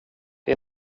det